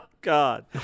God